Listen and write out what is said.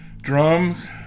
drums